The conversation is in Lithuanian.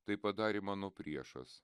tai padarė mano priešas